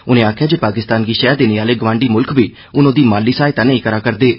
उन्ने आखेआ जे पाकिस्तान गी शैह देने आहले गवांडी मुल्ख बी हन ओहदी माली सहायता नेईं करा करदे न